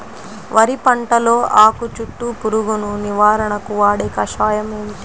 వరి పంటలో ఆకు చుట్టూ పురుగును నివారణకు వాడే కషాయం ఏమిటి?